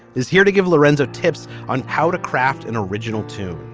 is here to give lorenzo tips on how to craft an original tune.